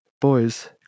boys